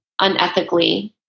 unethically